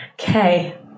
Okay